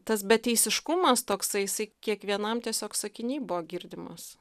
tas beteisiškumas toksai jisai kiekvienam tiesiog sakiny buvo girdimas